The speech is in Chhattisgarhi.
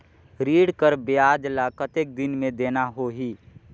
ऋण कर ब्याज ला कतेक दिन मे देना होही?